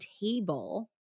table